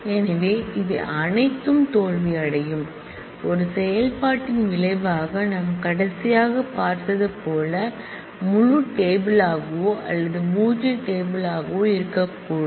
எனவே அவை அனைத்தும் தோல்வியடையும் ஒரு செயல்பாட்டின் விளைவாக நாம் கடைசியாக பார்த்தது போல முழு டேபிள் கவோ அல்லது பூஜ்ய டேபிள் கவோ இருக்கக்கூடும்